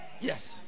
Yes